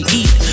eat